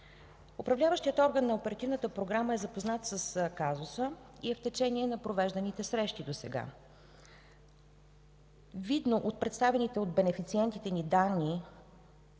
Управляващият орган на оперативната програма е запознат с казуса и е в течение на провежданите срещи досега. Видно от представените от бенефициентите ни данни